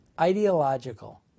ideological